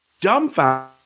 dumbfounded